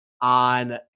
on